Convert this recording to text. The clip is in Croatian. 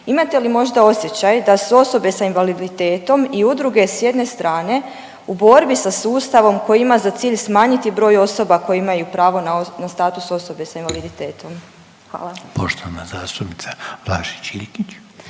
Imate li možda osjećaj da su osobe sa invaliditetom i udruge s jedne strane u borbi sa sustavom koji ima za cilj smanjiti broj osoba koje imaju pravo na status osobe sa invaliditetom? Hvala. **Reiner, Željko